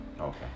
Okay